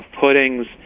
puddings